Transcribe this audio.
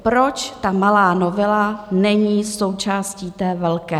Proč ta malá novela není součástí té velké?